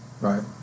right